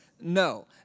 No